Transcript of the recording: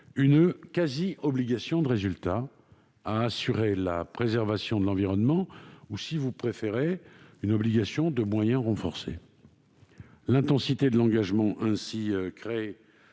une quasi-obligation de résultat à assurer la préservation de l'environnement, ou, si vous préférez, une obligation de moyens renforcée. L'intensité de l'engagement ainsi créé